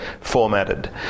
formatted